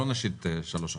לא נשית שלוש אחורה.